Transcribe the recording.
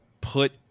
put –